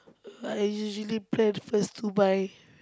I usually plan first two buy